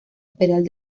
imperial